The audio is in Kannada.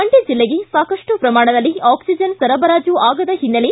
ಮಂಡ್ಜ ಜಿಲ್ಲೆಗೆ ಸಾಕಷ್ಟು ಪ್ರಮಾಣದಲ್ಲಿ ಆಕ್ಸಿಜನ್ ಸರಬರಾಜು ಆಗದ ಹಿನ್ನೆಲೆ